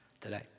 today